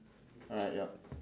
alright yup